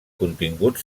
contingut